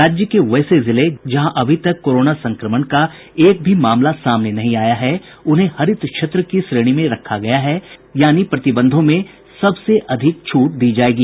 राज्य के वैसे जिले जहां अभी तक कोरोना संक्रमण का एक भी मामला सामने नहीं आया हैं उन्हें हरित क्षेत्र की श्रेणी में रखा गया है यानी यहां प्रतिबंधों में सबसे अधिक छूट दी जायेगी